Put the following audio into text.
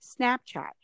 Snapchat